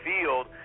field